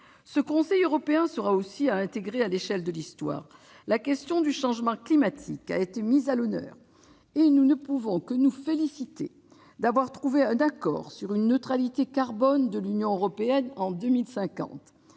Ce Conseil européen sera aussi à intégrer à l'échelle de l'histoire. La question du changement climatique a été mise à l'honneur. Nous ne pouvons que nous féliciter de l'obtention d'un accord sur l'objectif de la neutralité carbone de l'Union européenne en 2050,